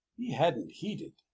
he hadn't heeded.